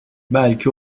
belki